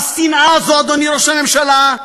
והשנאה הזו, אדוני ראש הממשלה,